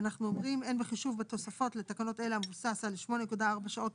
אנחנו אומרים: "אין בחישוב בתוספות לתקנות אלה המבוסס על 8.4 שעות